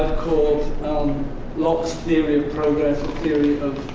called locke's theory of progress theory